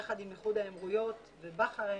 יחד עם איחוד האמירויות ובחריין